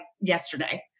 yesterday